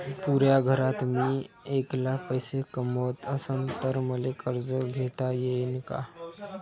पुऱ्या घरात मी ऐकला पैसे कमवत असन तर मले कर्ज घेता येईन का?